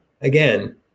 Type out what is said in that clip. again